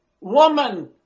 woman